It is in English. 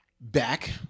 back